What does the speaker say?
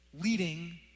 leading